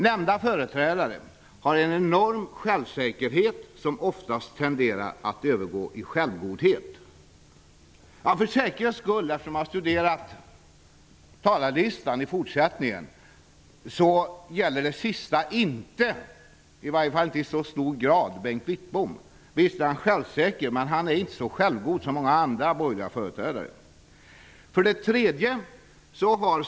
Nämnda företrädare har en enorm självsäkerhet som oftast tenderar att övergå i självgodhet. För säkerhets skull, eftersom jag har studerat talarlistan framöver här, vill jag säga att det sista inte, i varje fall inte i så stor grad, gäller Bengt Wittbom. Visst är han självsäker, men han är inte så självgod som många andra borgerliga företrädare. 3.